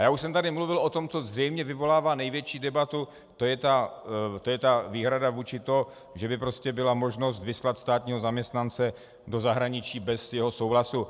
Už jsem tady mluvil o tom, co zřejmě vyvolává největší debatu, to je výhrada vůči tomu, že by prostě byla možnost vyslat státního zaměstnance do zahraničí bez jeho souhlasu.